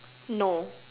no